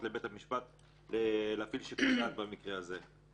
לבית המשפט להפעיל שיקול דעת במקרה הזה.